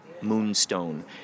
Moonstone